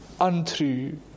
untrue